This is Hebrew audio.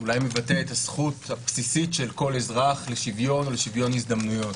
שאולי מבטא את הזכות הבסיסית של כל אזרח לשוויון ולשוויון הזדמנויות,